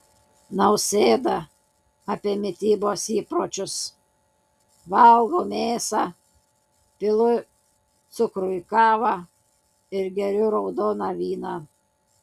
nausėda apie mitybos įpročius valgau mėsą pilu cukrų į kavą ir geriu raudoną vyną